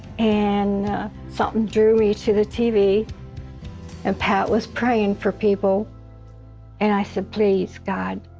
and something drew me to the tv and pat was praying for people and i said please, god,